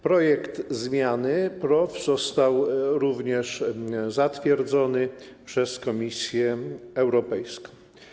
Projekt zmiany PROW został również zatwierdzony przez Komisję Europejską.